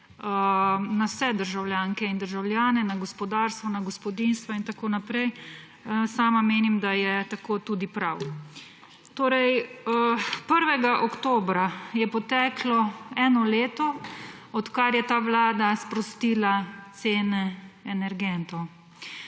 na vse državljanke in državljane, na gospodarstvo, na gospodinjstva in tako naprej, sama menim, da je tako tudi prav. 1. oktobra je poteklo eno leto, odkar je ta Vlada sprostila cene energentov.